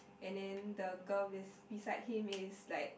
and then the girl bes~ beside him is like